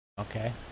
Okay